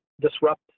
disrupt